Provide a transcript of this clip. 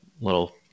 little